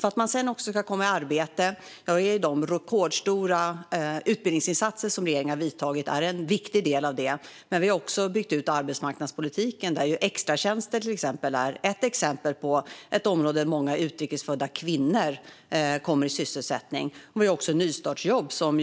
För att man sedan också ska komma i arbete är de rekordstora utbildningsinsatser som regeringen har gjort en viktig del, men vi har också byggt ut arbetsmarknadspolitiken. Extratjänster är ett exempel på ett område där många utrikes födda kvinnor kommer i sysselsättning. Vi har också nystartsjobb, som